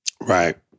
Right